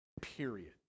period